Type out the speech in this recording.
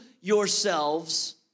yourselves